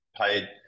paid